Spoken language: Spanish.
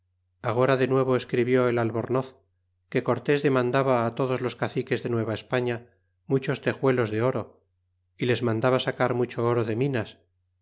agora de nuevo escribió el albornoz que cortés demandaba todos los caciques de nueva espafía muchos tejuelos de oro y les mandaba sacar mucho oro de minas